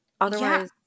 Otherwise